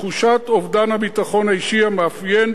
תחושת אובדן הביטחון האישי המאפיינת